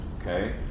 Okay